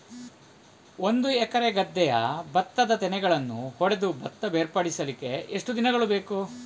ಒಂದು ಎಕರೆ ಗದ್ದೆಯ ಭತ್ತದ ತೆನೆಗಳನ್ನು ಹೊಡೆದು ಭತ್ತ ಬೇರ್ಪಡಿಸಲಿಕ್ಕೆ ಎಷ್ಟು ದಿನಗಳು ಬೇಕು?